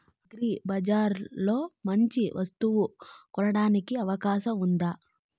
అగ్రిబజార్ లో మంచి వస్తువు కొనడానికి అవకాశం వుందా?